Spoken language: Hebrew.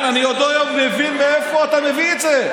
כן, אני עוד לא מבין מאיפה אתה מביא את זה.